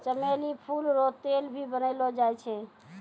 चमेली फूल रो तेल भी बनैलो जाय छै